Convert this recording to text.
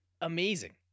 Amazing